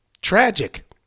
Tragic